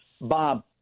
Bob